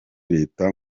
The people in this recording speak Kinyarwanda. leta